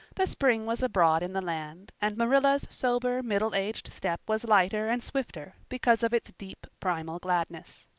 the spring was abroad in the land and marilla's sober, middle-aged step was lighter and swifter because of its deep, primal gladness.